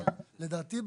לדעתי,